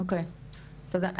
אוקיי, תודה.